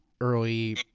early